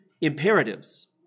imperatives